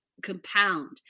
compound